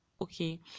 okay